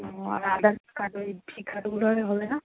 ও আর others cut ওই V কাটগুলো আর হবে না